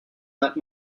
let